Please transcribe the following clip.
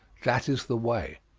that is the way.